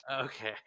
Okay